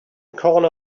corner